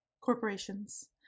corporations